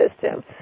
system